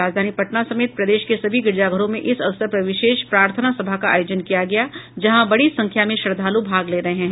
राजधानी पटना समेत प्रदेश के सभी गिरिजाघरों में इस अवसर पर विशेष प्रार्थना सभा का आयोजन किया गया है जहां बड़ी संख्या में श्रद्धालु भाग ले रहे हैं